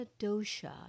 dosha